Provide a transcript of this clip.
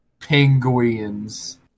Penguins